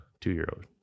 two-year-old